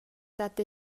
dat